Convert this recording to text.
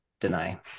deny